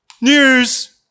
news